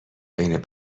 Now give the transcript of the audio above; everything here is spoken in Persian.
بین